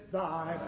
Thy